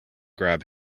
grab